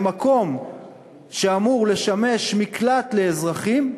במקום שאמור לשמש מקלט לאזרחים,